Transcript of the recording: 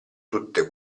tutte